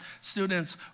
students